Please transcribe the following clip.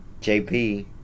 JP